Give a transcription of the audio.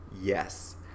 yes